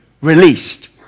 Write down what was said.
released